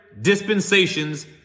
dispensations